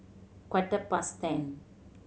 quarter past ten